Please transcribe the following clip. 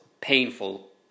Painful